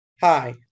Hi